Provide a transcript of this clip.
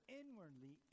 inwardly